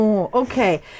okay